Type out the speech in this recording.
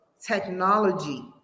technology